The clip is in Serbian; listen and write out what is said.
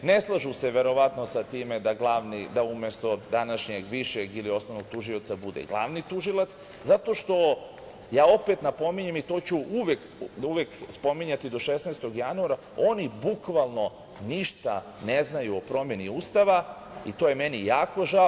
Ne slažu se, verovatno, sa time da umesto današnjeg višeg ili osnovnog tužioca bude glavni tužilac, zato što, ja opet napominjem i to ću uvek spominjati do 16. januara, oni bukvalno ništa ne znaju o promeni Ustava i to je meni jako žao.